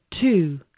two